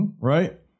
Right